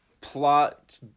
plot